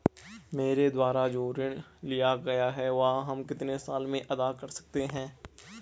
मेरे द्वारा जो ऋण लिया गया है वह हम कितने साल में अदा कर सकते हैं?